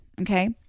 Okay